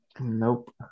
Nope